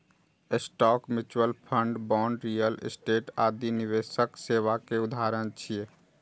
stock, mutual fund, bond, real estate आदि निवेश सेवा के उदाहरण छियै